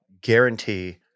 guarantee